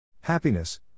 Happiness